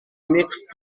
mixed